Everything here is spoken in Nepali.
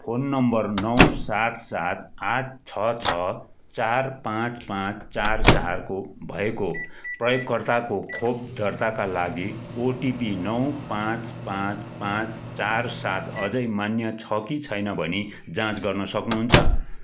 फोन नम्बर नौ सात सात आठ छ छ चार पाँच पाँच चार चारको भएको प्रयोगकर्ताको खोप दर्ताका लागि ओटिपी नौ पाँच पाँच पाँच चार सात अझै मान्य छ कि छैन भनी जाँच गर्न सक्नुहुन्छ